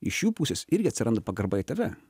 iš jų pusės irgi atsiranda pagarba į tave